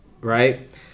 Right